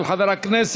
של חבר הכנסת